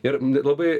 ir labai